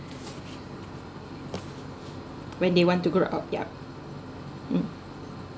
when they want to grow up yup um